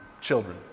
children